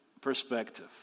perspective